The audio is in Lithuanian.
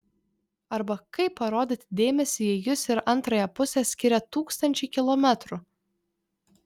arba kaip parodyti dėmesį jei jus ir antrąją pusę skiria tūkstančiai kilometrų